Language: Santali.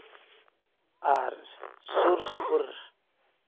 ᱟᱨ ᱥᱩᱨ ᱥᱩᱯᱩᱨ